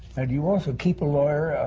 ah do you also keep a lawyer,